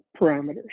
parameters